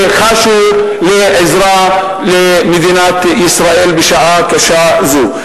חשו לעזרת מדינת ישראל בשעה קשה זו.